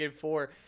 four